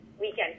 weekend